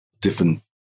different